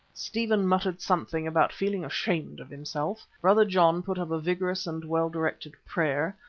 stephen muttered something about feeling ashamed of himself. brother john put up a vigorous and well-directed prayer.